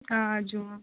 آ جُمعہ